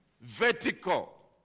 vertical